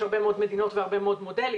יש הרבה מדינות והרבה מודלים.